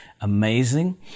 amazing